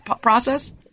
process